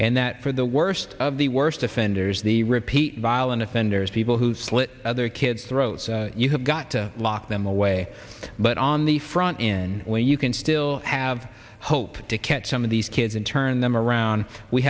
and that for the worst of the worst offenders the repeat violent offenders people who slit other kids throats you have got to lock them away but on the front end when you can still have hope to catch some of these kids and turn them around we